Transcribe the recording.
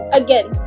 again